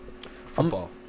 Football